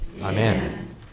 amen